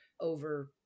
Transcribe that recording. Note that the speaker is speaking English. over